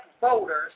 voters